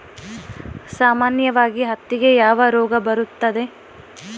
ಸಾಮಾನ್ಯವಾಗಿ ಹತ್ತಿಗೆ ಯಾವ ರೋಗ ಬರುತ್ತದೆ?